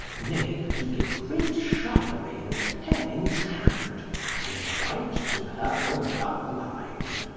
nay, to give great charlemain a pen in's hand and write to her a love-line.